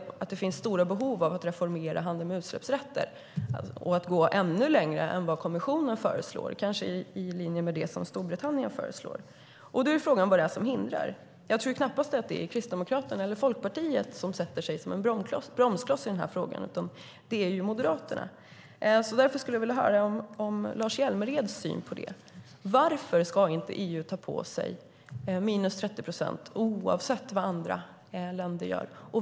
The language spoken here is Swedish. Det finns stora behov av att reformera handeln med utsläppsrätter och gå ännu längre än vad kommissionen föreslår, kanske i linje med vad Storbritannien föreslår. Då är frågan vad det är som hindrar. Jag tror knappast att det är Kristdemokraterna eller Folkpartiet som sätter sig som bromsklossar i frågan, utan det är Moderaterna. Därför skulle jag vilja höra om Lars Hjälmereds syn på det. Varför ska inte EU ta på sig målet minus 30 procent oavsett vad andra länder gör?